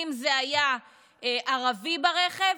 אם זה היה ערבי ברכב,